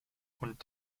und